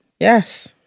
Yes